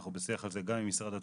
אנחנו בשיח על זה גם עם משרד התפוצות,